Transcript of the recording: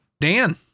Dan